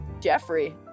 Jeffrey